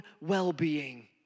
well-being